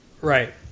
Right